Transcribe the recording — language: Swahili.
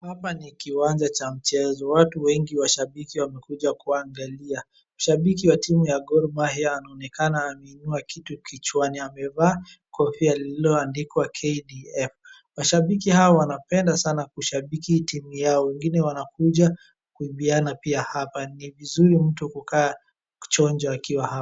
Hapa ni kiwanja cha mchezo, watu wengi washabiki wamekuja kuangalia, mashabiki wa timu ya Gor Mahia wanaonekana wameinua kitu kichwani amevaa kofia lililoandikwa KDF,mashabiki hawa wanapenda sana kushabikia timu yao. Wengine wanakuja kuibiana pia hapa, ni vizuri mtu kukaa chonjo akiwa hapa.